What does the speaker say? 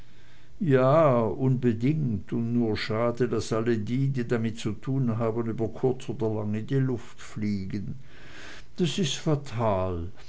ja unbedingt und nur schade daß alle die die damit zu tun haben über kurz oder lang in die luft fliegen das ist fatal